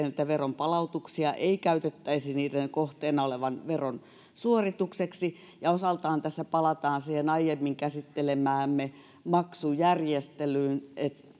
että veronpalautuksia ei käytettäisi niiden kohteena olevan veron suoritukseksi ja osaltaan tässä palataan siihen aiemmin käsittelemäämme maksujärjestelyyn